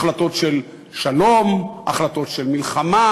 החלטות של שלום, החלטות של מלחמה,